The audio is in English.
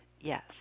Yes